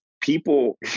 people